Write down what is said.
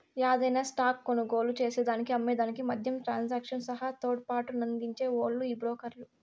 యాదైన స్టాక్ కొనుగోలు చేసేదానికి అమ్మే దానికి మద్యం ట్రాన్సాక్షన్ సహా తోడ్పాటునందించే ఓల్లు ఈ బ్రోకర్లు